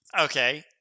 okay